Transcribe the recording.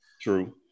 True